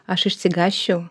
aš išsigąsčiau